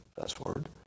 fast-forward